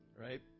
right